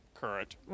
current